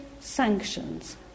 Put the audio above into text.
sanctions